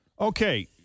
Okay